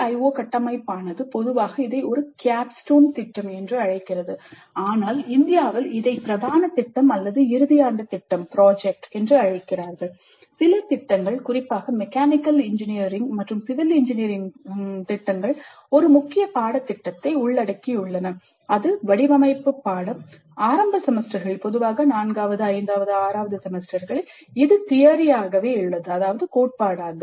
CDIO கட்டமைப்பானது பொதுவாக இதை ஒரு Capstone திட்டம் என்று அழைக்கிறது ஆனால் இந்தியாவில் இதை பிரதான திட்டம் அல்லது இறுதி ஆண்டு திட்டம் என்று அழைக்கிறார்கள் சில திட்டங்கள் குறிப்பாக மெக்கானிக்கல் இன்ஜினியரிங் மற்றும் சிவில் இன்ஜினியரிங் திட்டங்கள் ஒரு முக்கிய பாடத்திட்டத்தை உள்ளடக்குகின்றன அது வடிவமைப்பு பாடம் ஆரம்ப செமஸ்டர்களில் பொதுவாக 4 வது அல்லது 5 வது அல்லது 6 வது செமஸ்டரில் தியரியாகவே இருக்கிறது